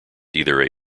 either